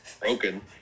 broken